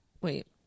wait